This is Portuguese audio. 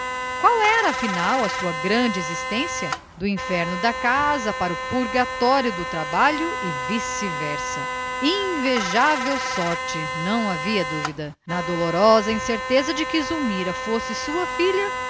era afinal a sua grande existência do inferno da casa para o purgatório do trabalho e vice-versa invejável sorte não havia dúvida na dolorosa incerteza de que zulmira fosse sua filha